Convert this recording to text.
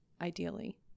ideally